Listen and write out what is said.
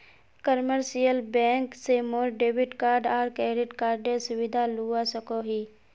commercial bank से मोर debit card आर क्रेडिट कार्डेर सुविधा लुआ सकोही